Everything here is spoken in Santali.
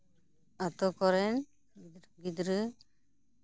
ᱟᱹᱛᱩ ᱠᱚᱨᱮᱱ ᱜᱤᱫᱽᱨᱟᱹ